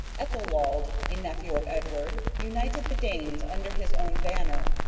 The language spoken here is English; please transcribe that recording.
ethelwold, a nephew of edward, united the danes under his own banner,